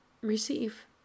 receive